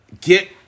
get